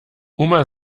oma